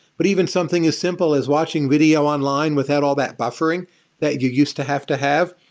but even something as simple as watching video online without all that buffering that you used to have to have,